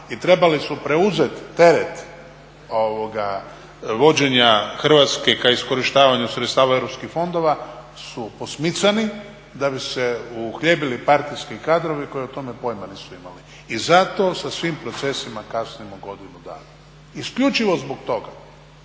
i trebali su preuzeti teret vođenja Hrvatske ka iskorištavanju sredstava EU fondova su posmicani da bi se uhljebili partijski kadrovi koji o tome pojma nisu imali. I zato sa svim procesima kasnimo godinu dana, isključivo zbog toga.